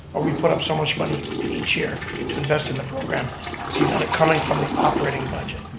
or we put up so much money each year to invest in the program, so you got it coming from the operating budget.